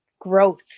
growth